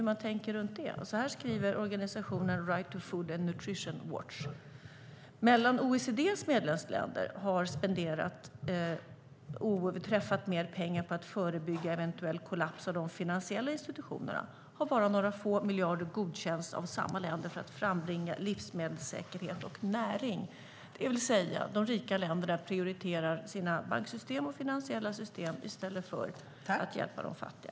Organisationen Right to Food and Nutrition Watch skriver att när OECD:s medlemsländer har spenderat oöverträffat mer pengar på att förebygga en eventuell kollaps av de finansiella institutionerna har bara några få miljarder godkänts av samma länder för att frambringa livsmedelssäkerhet och näring. Det vill säga att de rika länderna prioriterar sina banksystem och finansiella system i stället för att hjälpa de fattiga.